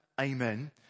Amen